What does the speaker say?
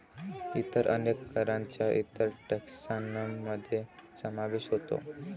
इतर अनेक करांचा इतर टेक्सान मध्ये समावेश होतो